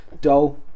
dull